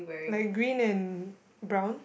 like green and brown